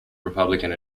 republican